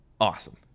Awesome